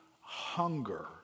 hunger